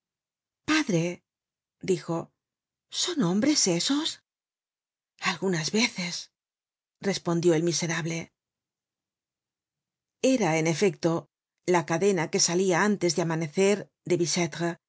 padre dijo son hombres esos algunas veces respondió el miserable era en efecto la cadena que salia antes de amanecer de